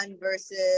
versus